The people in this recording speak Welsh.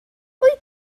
wyt